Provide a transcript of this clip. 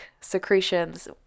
secretions